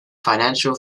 financial